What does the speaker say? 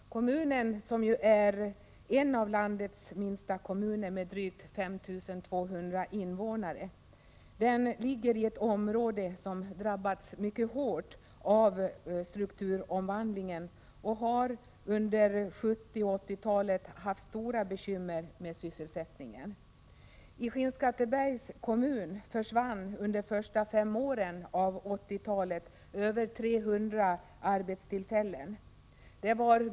Kommunen, som ju är en av landets minsta med drygt 5 200 invånare, ligger i ett område som har drabbats mycket hårt av strukturomvandlingen och under 1970 och 1980-talen har haft stora bekymmer med sysselsättningen. I Skinnskattebergs kommun försvann under de första fem åren av 1980-talet över 300 arbetstillfällen.